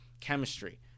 chemistry